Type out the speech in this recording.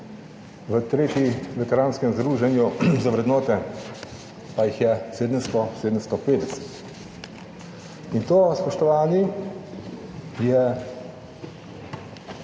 veteranskem združenju, za vrednote, pa jih je 700, 750. In to, spoštovani, je